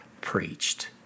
preached